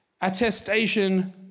attestation